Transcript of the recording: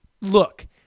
look